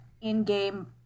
in-game